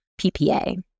PPA